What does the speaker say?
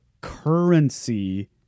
currency